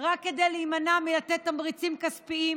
רק כדי להימנע מלתת תמריצים כספיים,